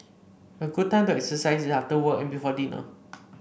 a good time to exercise is after work and before dinner